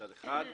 מצד אחד,